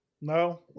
No